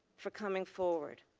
for coming forward.